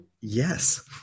Yes